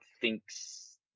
thinks